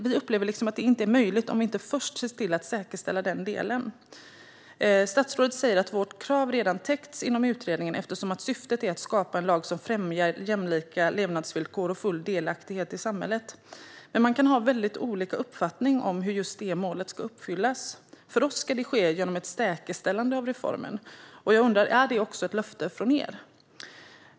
Vi upplever att detta inte är möjligt om vi inte först ser till att säkerställa den delen. Statsrådet säger att vårt krav redan täckts inom utredningen, eftersom syftet är att skapa en lag som främjar jämlika levnadsvillkor och full delaktighet i samhället. Men man kan ha väldigt olika uppfattningar om hur just de målen kan uppfyllas. För oss ska det ske genom ett säkerställande av reformen. Är det också ett löfte från er?